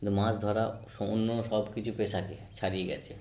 কিন্তু মাছ ধরা অন্য সব কিছু পেশাকে ছাড়িয়ে গিয়েছে